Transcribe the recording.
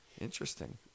Interesting